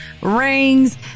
rings